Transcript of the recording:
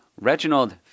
Reginald